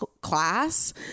class